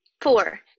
Four